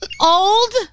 Old